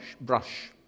brush